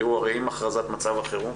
עם הכרזת מצב החירום